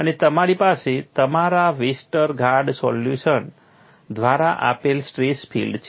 અને તમારી પાસે તમારા વેસ્ટરગાર્ડ સોલ્યુશન દ્વારા આપેલ સ્ટ્રેસ ફિલ્ડ છે